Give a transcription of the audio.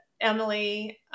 Emily